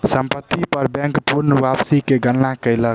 संपत्ति पर बैंक पूर्ण वापसी के गणना कयलक